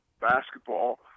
basketball